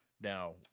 now